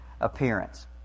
appearance